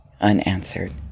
unanswered